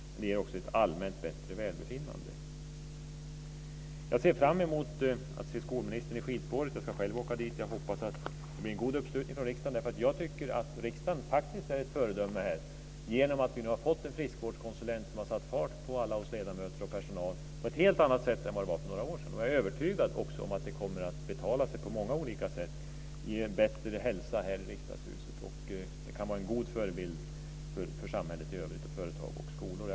Det ger också ett allmänt bättre välbefinnande. Jag ser fram emot att se skolministern i skidspåret - jag ska själv åka. Jag hoppas att det blir en god uppslutning från riksdagen. Jag tycker att riksdagen faktiskt är ett föredöme här genom att vi nu har fått en friskvårdskonsulent som har satt fart på alla oss ledamöter och personal på ett helt annat sätt än vad det var för några år sedan. Jag är också övertygad om att det kommer att betala sig på många olika sätt och ge bättre hälsa här i riksdagshuset. Det kan vara en god förebild för samhället i övrigt, både för företag och för skolor.